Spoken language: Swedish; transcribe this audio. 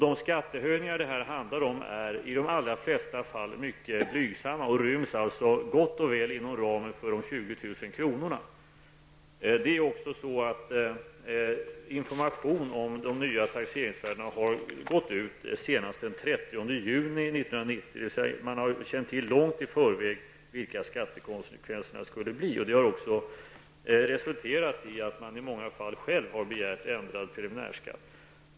De skattehöjningar det här handlar om är i de allra flesta fall mycket blygsamma och ryms gott och väl inom ramen för Information om de nya taxeringsvärdena har gått ut senast den 30 juni 1990, dvs. man har känt till långt i förväg vilka skattekonsekvenserna skulle bli. Det har också resulterat i att man i många fall själv har begärt höjd preliminärskatt.